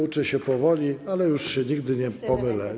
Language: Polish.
Uczę się powoli, ale już się nigdy nie pomylę.